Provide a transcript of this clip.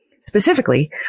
Specifically